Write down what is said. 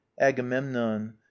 agamemnon